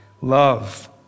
love